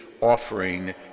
offering